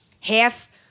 Half-